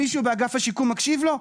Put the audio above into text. מישהו באגף השיקום מקשיב לו?